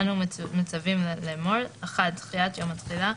אנו מצווים לאמור: דחיית יום התחילה1.